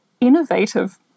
innovative